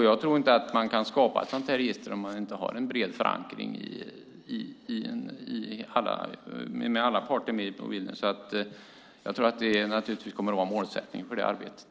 Jag tror inte att det går att skapa ett sådant register om man inte har en bred förankring hos alla parter. Jag tror att det kommer att vara målet i arbetet.